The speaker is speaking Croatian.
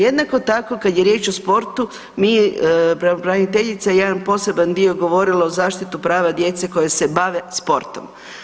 Jednako tako kada je riječ o sportu mi, pravobraniteljica je jedan poseban dio govorila o zaštiti prava djece koji se bave sportom.